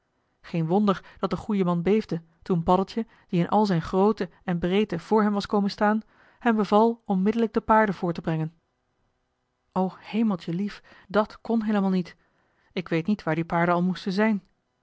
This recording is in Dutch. geen wonder dat de goeie man beefde toen paddeltje die in al zijn grootte en breedte voor hem was komen staan hem beval onmiddellijk de paarden voor te brengen joh h been paddeltje de scheepsjongen van michiel de ruijter o hemeltje lief dàt kon heelemaal niet ik weet niet waar die paarden al moesten zijn